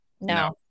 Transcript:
No